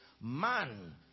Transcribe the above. Man